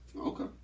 okay